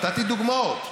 נתתי דוגמאות.